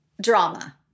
drama